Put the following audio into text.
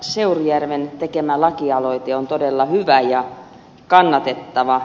seurujärven tekemä lakialoite on todella hyvä ja kannatettava